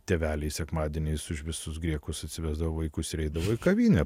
tėveliai sekmadieniais už visus griekus atsivesdavo vaikus ir eidavo į kavinę